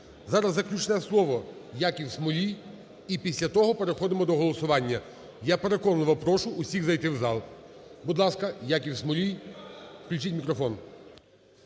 Зараз заключне слово – Яків Смолій. І після того переходимо до голосування. Я переконливо прошу усіх зайти в зал. Будь ласка, Яків Смолій. Включіть мікрофон.